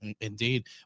Indeed